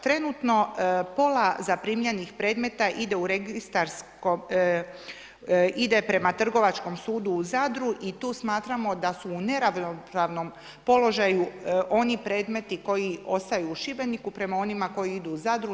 Trenutno pola zaprimljenih predmeta ide u registarsko, ide prema Trgovačkom sudu u Zadru i tu smatramo da su u neravnopravnom položaju oni predmeti koji ostaju u Šibeniku prema onima koji idu u Zadru.